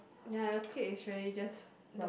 ya the clique is really just